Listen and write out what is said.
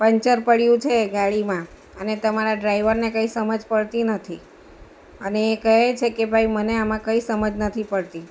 puncture પડ્યું છે ગાડીમાં અને તમારા ડ્રાઇવરને કંઈ સમજ પડતી નથી અને એ કહે છે કે ભાઈ મને આમાં કંઈ સમજ નથી પડતી